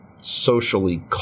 socially